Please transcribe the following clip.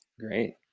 Great